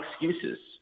excuses